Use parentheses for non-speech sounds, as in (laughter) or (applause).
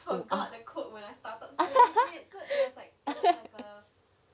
(laughs)